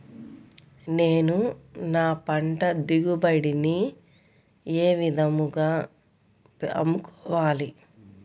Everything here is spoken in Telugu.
నేను నా పంట దిగుబడిని ఏ విధంగా అమ్ముకోవాలి?